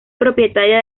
propietaria